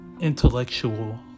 intellectual